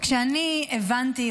כשאני הבנתי,